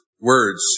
words